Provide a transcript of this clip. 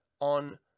on